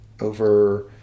over